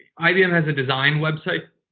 ibm has a design website,